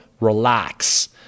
Relax